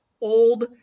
old